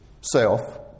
self